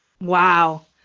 wow